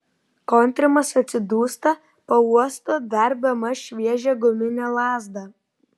kontrimas atsidūsta pauosto dar bemaž šviežią guminę lazdą